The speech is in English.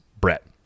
Brett